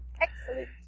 Excellent